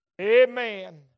Amen